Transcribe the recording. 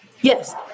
Yes